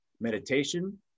meditation